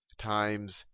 times